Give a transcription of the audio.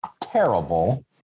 terrible